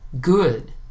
good